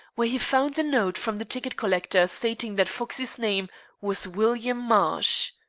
where he found a note from the ticket collector stating that foxey's name was william marsh.